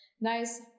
nice